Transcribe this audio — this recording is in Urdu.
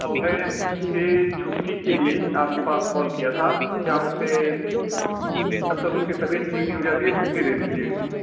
تو میں اس کی چھٹّی کے لیے آپ کے پاس کال کیا تھا کہ آپ اسے جب تک اس کی طبیعت ٹھیک نہیں ہو جاتی چھٹّی دے دیجیے